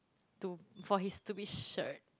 to for his stupid shirt